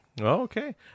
Okay